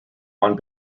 one